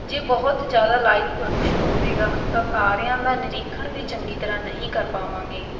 ਜੇ ਬਹੁਤ ਜ਼ਿਆਦਾ ਲਾਈਟ ਪ੍ਰਦੂਸ਼ਣ ਹੋਵੇਗਾ ਤਾਂ ਤਾਰਿਆਂ ਦਾ ਨਿਰੀਖਣ ਵੀ ਚੰਗੀ ਤਰ੍ਹਾਂ ਨਹੀਂ ਕਰ ਪਾਵਾਂਗੇ